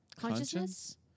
consciousness